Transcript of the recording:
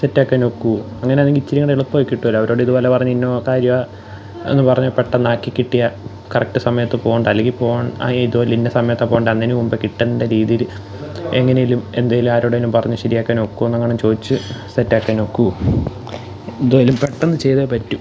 സെറ്റാക്കാനൊക്കുമോ അങ്ങനെയാണെങ്കിൽ ഇച്ചിരിയുംകൂടെ എളുപ്പമായി കിട്ടുമല്ലോ അവരോട് ഇതുപോലെ പറഞ്ഞ് ഇന്ന കാര്യമാ എന്ന് പറഞ്ഞാൽ പെട്ടെന്നാക്കി കിട്ടിയാൽ കറക്റ്റ് സമയത്ത് പോവേണ്ട അല്ലെങ്കിൽ പോവാൻ ആ ഇതുപോലെ ഇന്ന സമയത്താ പോവേണ്ടത് അതിനു മുമ്പേ കിട്ടേണ്ട രീതിയിൽ എങ്ങനേലും എന്തേലും ആരോടേലും പറഞ്ഞ് ശരിയാക്കാൻ ഒക്കുമോയെന്നെങ്ങാനും ചോദിച്ച് സെറ്റാക്കാനൊക്കുമോ എന്തുവായാലും പെട്ടെന്ന് ചെയ്തേ പറ്റൂ